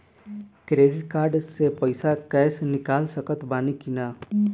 Credit card से पईसा cash निकाल सकत बानी की ना?